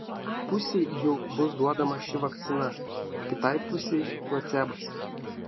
pusei jų bus duodama ši vakcina kitai pusei placebas